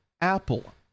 Apple